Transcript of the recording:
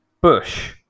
Bush